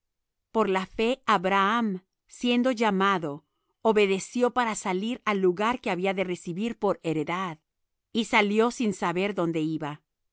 por la fe abraham siendo llamado obedeció para salir al lugar que había de recibir por heredad y salió sin saber dónde iba